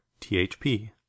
THP